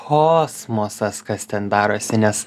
kosmosas kas ten darosi nes